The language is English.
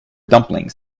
dumplings